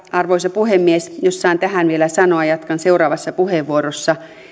arvoisa puhemies jos saan tähän vielä sanoa jatkan seuraavassa puheenvuorossa